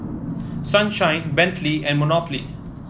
Sunshine Bentley and Monopoly